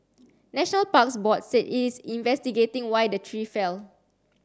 national Parks Board said it's investigating why the tree fell